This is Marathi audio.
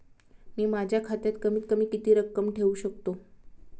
मी माझ्या खात्यात कमीत कमी किती रक्कम ठेऊ शकतो?